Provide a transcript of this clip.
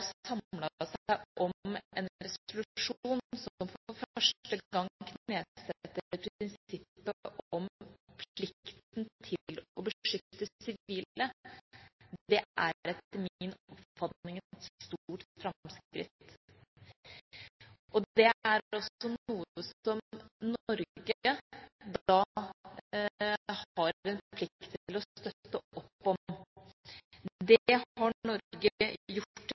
seg om en resolusjon som for første gang knesetter prinsippet om plikten til å beskytte sivile. Det er etter min oppfatning et stort framskritt, og det er også noe som Norge da har en plikt til å støtte opp om. Det har Norge gjort